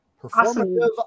Performative